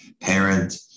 parent